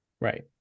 Right